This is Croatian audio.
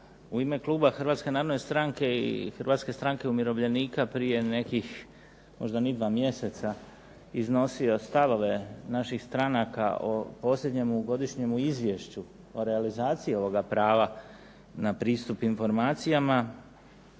u ime kluba Hrvatske narodne stranke i Hrvatske stranke umirovljenika prije nekih možda ni dva mjeseca iznosio stavove naših stranaka o posljednjem godišnjem izvješću o realizaciji ovoga prava na pristup informacijama